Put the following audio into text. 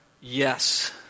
yes